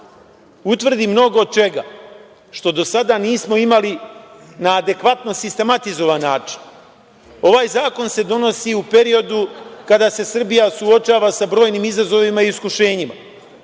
utvrdi mnogo čega što do sada nismo imali na adekvatno sistematizovan način. Ovaj zakon se donosi u periodu kada se Srbija suočava sa brojnim izazovima i iskušenjima.